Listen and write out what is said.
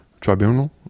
Tribunal